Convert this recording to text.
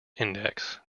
index